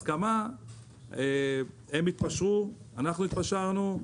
הם התפשרו, אנחנו התפשרנו.